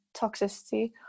toxicity